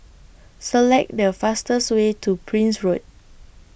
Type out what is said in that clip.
Select The fastest Way to Prince Road